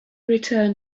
return